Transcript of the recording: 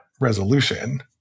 resolution